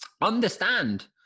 understand